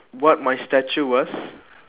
what my statue was